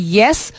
yes